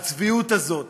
הצביעות הזאת